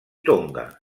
tonga